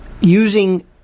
using